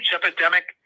epidemic